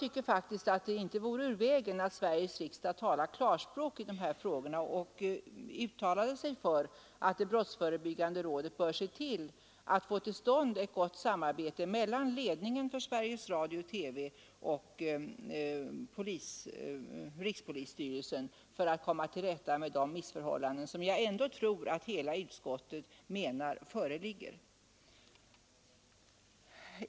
Det vore faktiskt inte ur vägen om Sveriges riksdag talade klarspråk i de här frågorna och uttalade sig för att det brottsförebyggande rådet bör se till att få till stånd ett gott samarbete mellan ledningen för Sveriges Radio och rikspolisstyrelsen för att komma till rätta med de missförhållanden som jag tror att hela utskottet menar föreligger.